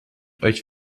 euch